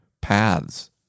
paths